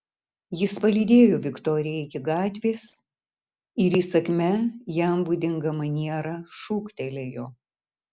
jis palydėjo viktoriją iki gatvės ir įsakmia jam būdinga maniera šūktelėjo